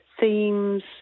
themes